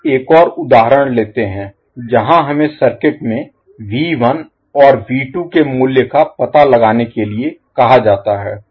अब एक और उदाहरण लेते हैं जहां हमें सर्किट में और के मूल्य का पता लगाने के लिए कहा जाता है